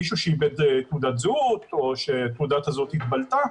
מישהו שאיבד תעודת זהות או שתעודת הזהות התבלתה.